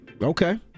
okay